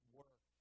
work